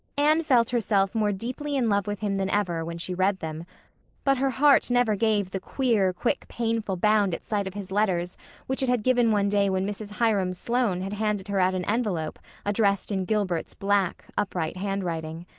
anne felt herself more deeply in love with him than ever when she read them but her heart never gave the queer, quick painful bound at sight of his letters which it had given one day when mrs. hiram sloane had handed her out an envelope addressed in gilbert's black, upright handwriting.